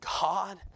God